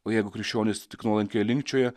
o jeigu krikščionys tik nuolankiai linkčioja